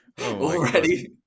already